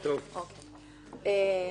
לפניהם.